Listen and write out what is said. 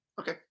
okay